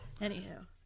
Anywho